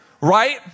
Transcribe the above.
Right